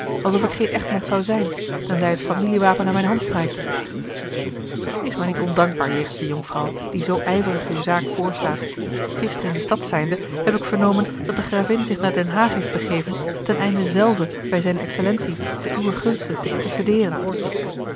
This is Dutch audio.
alsof ik geen egmond zou zijn tenzij het familiewapen aan mijne hand prijkte a l g bosboom-toussaint de delftsche wonderdokter eel ees maar niet ondankbaar jegens de jonkvrouw die zoo ijverig uwe zaak voorstaat gisteren in de stad zijnde heb ik vernomen dat de gravin zich naar den haag heeft begeven ten einde zelve bij zijne excellentie te uwer gunste te intercedeeren